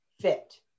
fit